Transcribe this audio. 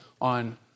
on